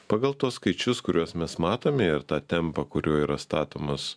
pagal tuos skaičius kuriuos mes matome ir tą tempą kuriuo yra statomos